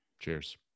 Cheers